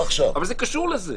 אבל זה קשור לזה.